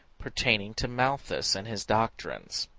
pertaining to malthus and his doctrines.